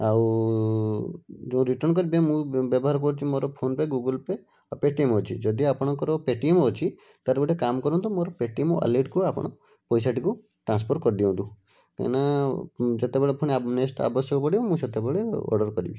ଆଉ ଯୋଉ ରିଟର୍ଣ୍ଣ କରିବେ ମୁଁ ବ୍ୟବହାର କରୁଛି ମୋର ଫୋନ୍ ପେ ଗୁଗୁଲ୍ ପେ ଆଉ ପେଟିଏମ୍ ଅଛି ଆପଣଙ୍କର ଯଦି ପେଟିଏମ୍ ଅଛି ତା'ର ଗୋଟେ କାମ କରନ୍ତୁ ମୋର ପେଟିଏମ୍ ୱାଲେଟ୍ କୁ ଆପଣ ପଇସାଟିକୁ ଟ୍ରାନ୍ସଫର୍ କରିଦିଅନ୍ତୁ କାହିଁକିନା ଉଁ ଯେତେବେଳ ପୁଣି ଆଉ ନେକ୍ସଟ୍ ଆବଶ୍ୟକ ପଡ଼ିବ ମୁଁ ସେତେବେଳେ ଅର୍ଡ଼ର୍ କରିବି